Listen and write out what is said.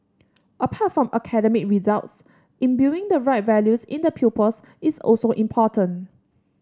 apart from academic results imbuing the right values in the pupils is also important